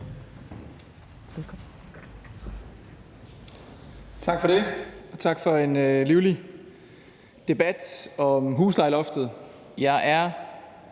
Tak for det, og tak for en livlig debat om huslejeloftet. Jeg er